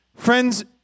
Friends